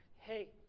hey